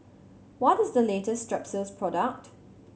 what is the latest Strepsils product